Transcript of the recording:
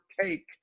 take